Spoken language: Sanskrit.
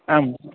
आम्